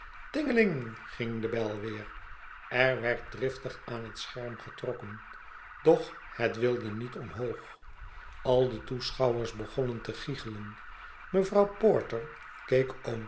tinglingling ging de bel weer er werd driftig aan het scherm getrokken doch het wilde niet omhoog al de toeschouwers begonnen te giggelen mevrouw porter keek